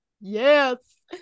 yes